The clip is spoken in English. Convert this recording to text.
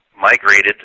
migrated